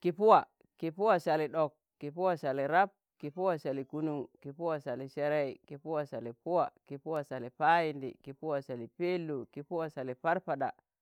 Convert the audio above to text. ki Puwa, ki Puwa sali ɗok, ki Puwa sali rab, ki Puwa sali kunuṇ, ki Pawa sali serei, ki Puwa sali Puwa, ki Puwa Sali Payindi, ki Puwa Sali Pelou, ki Puwa Sali Parpaɗa,